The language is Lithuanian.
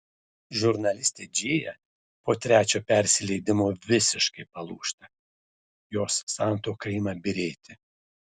žurnalistė džėja po trečio persileidimo visiškai palūžta jos santuoka ima byrėti